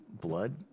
blood